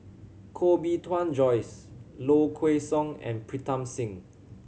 Koh Bee Tuan Joyce Low Kway Song and Pritam Singh